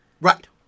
Right